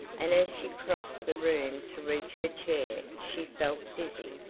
and as she crossed the room to reach her chair, she felt dizzy.